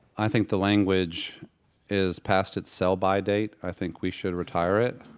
i think the language is past its sell-by date. i think we should retire it.